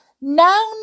Now